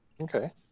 Okay